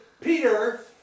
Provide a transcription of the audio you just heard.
Peter